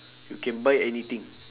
you can buy anything